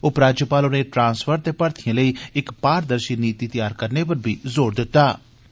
उपराज्यपाल होरें ट्रांसफर ते भर्थिएं लेई इक पारदर्शी नीति तैयार करने पर बी जोर पाया